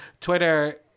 Twitter